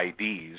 IDs